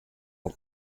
wol